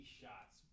shots